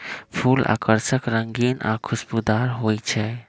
फूल आकर्षक रंगीन आ खुशबूदार हो ईछई